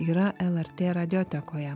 yra lrt radiotekoje